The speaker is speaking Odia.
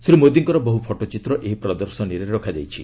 ଶ୍ରୀ ମୋଦିଙ୍କର ବହୁ ଫଟୋଚିତ୍ର ଏହି ପ୍ରଦର୍ଶନୀରେ ରଖାଯାଇଛି